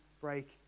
break